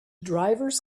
drivers